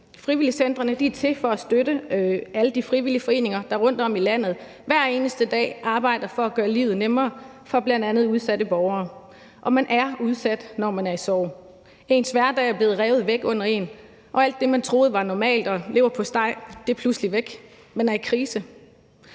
Frivilligcentrene er til for at støtte alle de frivillige foreninger, der rundtom i landet hver eneste dag arbejder for at gøre livet nemmere for bl.a. udsatte borgere. Og man er udsat, når man er i sorg. Ens hverdag er blevet revet væk under en, og alt det, man troede var normalt og leverpostej, er pludselig væk. Man er i krise.